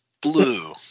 blue